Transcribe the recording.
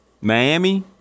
Miami